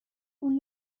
اون